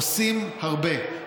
עושים הרבה.